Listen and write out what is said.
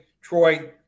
Troy